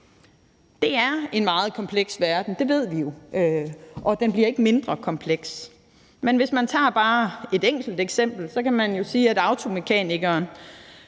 Det er en meget kompleks verden, det ved vi jo, og den bliver ikke mindre kompleks. Men hvis man tager bare et enkelt eksempel, kan man jo sige, at automekanikeren